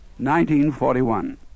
1941